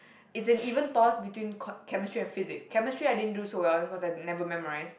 it's an even toss between co~ Chemistry and Physics Chemistry I didn't do so well because I never memorise